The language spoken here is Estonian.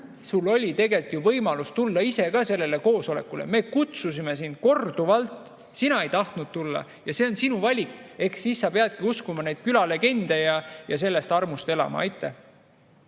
sul oli tegelikult võimalus tulla ise ka sellele koosolekule. Me kutsusime sind korduvalt, sina ei tahtnud tulla. See on sinu valik. Eks siis sa peadki uskuma neid külalegende ja sellest armust elama. Aitäh!